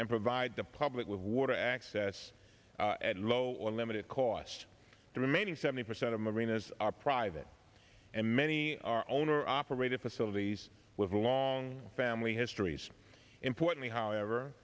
and provide the public with water access at low or limited cost the remaining seventy percent of marinas are private and many are owner operated facilities with long family histories importantly however